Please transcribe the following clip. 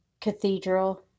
cathedral